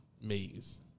maze